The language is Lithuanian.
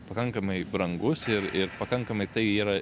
pakankamai brangus ir ir pakankamai tai yra